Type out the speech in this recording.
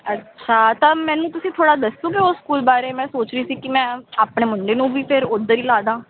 ਅੱਛਾ ਤਾਂ ਤੁਸੀਂ ਮੈਨੂੰ ਦੱਸੋਗੇ ਉਸ ਸਕੂਲ ਬਾਰੇ ਮੈਂ ਸੋਚ ਰਹੀ ਸੀ ਕਿ ਮੈਂ ਆਪਣੇ ਮੁੰਡੇ ਨੂੰ ਵੀ ਫਿਰ ਓਧਰ ਹੀ ਲਾ ਦਵਾਂ